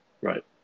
Right